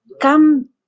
come